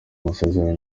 amasezerano